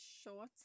short